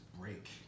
break